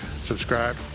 subscribe